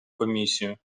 комісію